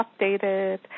updated